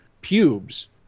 pubes